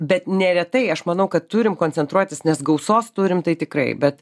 bet neretai aš manau kad turim koncentruotis nes gausos turim tai tikrai bet